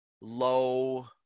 low